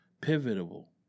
Pivotal